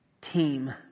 team